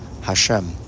Hashem